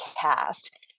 cast